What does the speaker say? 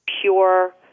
pure